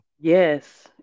Yes